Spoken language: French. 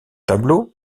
tableau